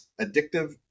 addictive